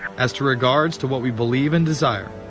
as to regards to what we believe and desire,